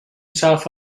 south